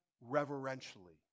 reverentially